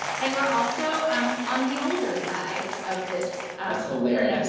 and, we're also um on the older side of this that's hilarious.